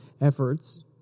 efforts